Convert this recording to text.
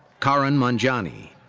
karan manjani.